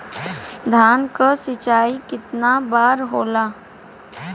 धान क सिंचाई कितना बार होला?